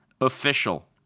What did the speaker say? official